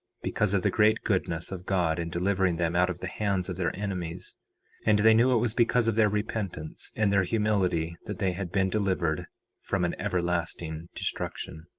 because of the great goodness of god in delivering them out of the hands of their enemies and they knew it was because of their repentance and their humility that they had been delivered from an everlasting destruction.